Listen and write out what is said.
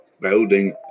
building